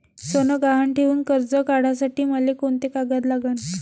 सोनं गहान ठेऊन कर्ज काढासाठी मले कोंते कागद लागन?